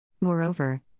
Moreover